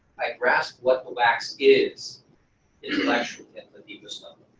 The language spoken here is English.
i grasp what the wax is intellectually, at the deepest